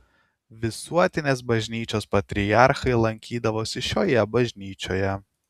visuotinės bažnyčios patriarchai lankydavosi šioje bažnyčioje